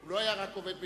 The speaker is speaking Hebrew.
הוא לא היה רק עובד מדינה.